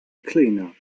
cleanup